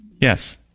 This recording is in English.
Yes